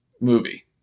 Movie